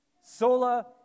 sola